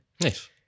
Nice